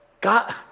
God